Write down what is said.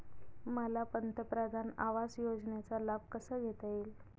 मला पंतप्रधान आवास योजनेचा लाभ कसा घेता येईल?